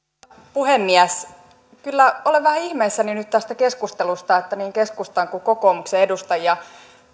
puhemies kyllä olen vähän ihmeissäni nyt tästä keskustelusta että niin keskustan kuin kokoomuksen edustajia